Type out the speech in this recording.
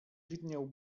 widniał